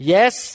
Yes